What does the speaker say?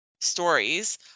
stories